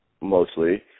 mostly